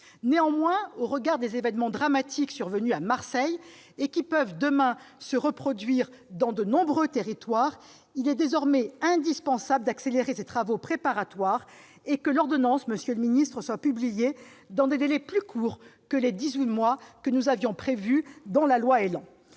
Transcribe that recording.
Néanmoins, au regard des événements dramatiques survenus à Marseille et qui peuvent, demain, se reproduire dans de nombreux territoires, il est désormais indispensable, monsieur le ministre, d'accélérer ces travaux préparatoires et que l'ordonnance soit publiée dans des délais plus courts que les dix-huit mois que nous avions prévus par la loi ÉLAN.